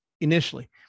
initially